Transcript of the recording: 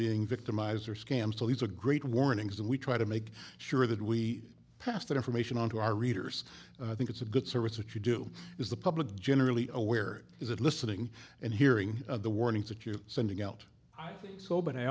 being victimized or scam so these are great warnings and we try to make sure that we pass that information on to our readers think it's a good service what you do is the public generally aware is that listening and hearing of the warnings that you're sending out